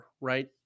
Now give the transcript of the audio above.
right